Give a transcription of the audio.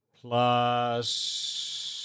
Plus